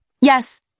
Yes